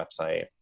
website